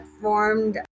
formed